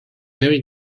very